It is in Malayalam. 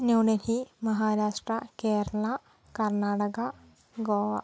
ന്യൂഡൽഹി മഹാരാഷ്ട്ര കേരള കർണാടക ഗോവ